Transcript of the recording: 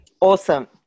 Awesome